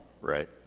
right